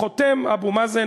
חותם אבו מאזן,